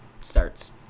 starts